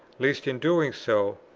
lest in doing so,